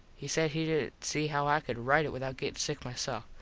he said he didn't see how i could rite it without gettin sick myself.